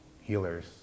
healers